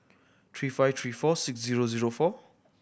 three five three four six zero zero four